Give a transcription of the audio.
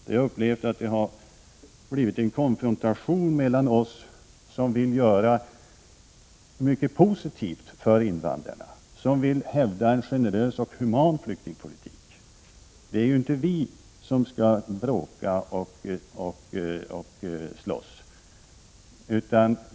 Jag har upplevt att det har blivit en konfrontation mellan oss som vill göra mycket positivt för invandrarna, som vill hävda en generös och human flyktingpolitik. Det är ju inte vi som skall bråka och slåss.